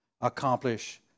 accomplish